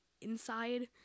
inside